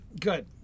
good